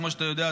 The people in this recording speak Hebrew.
כמו שאתה יודע,